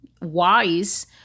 wise